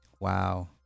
Wow